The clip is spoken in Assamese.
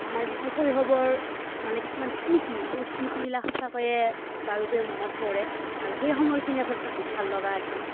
আমাৰ যিটো শৈশৱৰ মানে কিছুমান স্মৃতি সেই স্মৃতিবিলাক সঁচাকৈয়ে বাৰুকৈয়ে মনত পৰে আৰু সেই সময়খিনি আচলতে খুব ভাল লগা আছিল